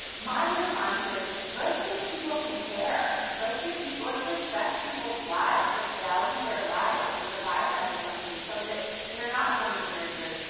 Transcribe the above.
my response is, let's give people some care, let's give people, let's respect people's lives, let's value their lives and provide them with something so that they're not going to bury their,